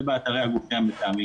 זה באתרי הגופים המתאמים.